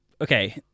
Okay